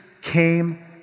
came